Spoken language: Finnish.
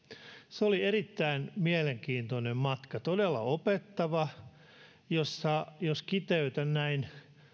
se oli erittäin mielenkiintoinen matka todella opettava jos kiteytän näin